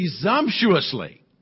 presumptuously